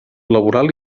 laboral